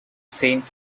saint